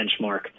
benchmark